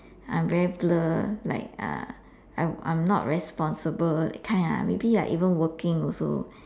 I'm very blur like uh I'm not responsible that kind lah maybe like even working also